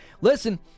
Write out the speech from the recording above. Listen